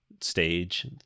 stage